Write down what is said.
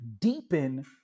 deepen